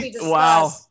Wow